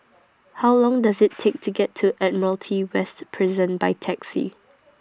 How Long Does IT Take to get to Admiralty West Prison By Taxi